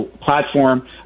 platform